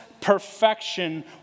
perfection